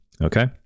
Okay